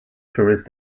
tourist